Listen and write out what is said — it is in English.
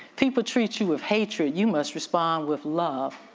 people treat you of hatred, you must respond with love.